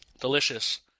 Delicious